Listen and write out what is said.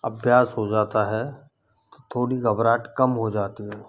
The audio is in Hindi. अबभ्यास हो जाता है तो थो थोड़ी घबराहट कम हो जाती है